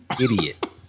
idiot